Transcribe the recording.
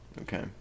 Okay